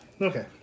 Okay